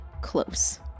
close